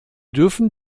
dürfen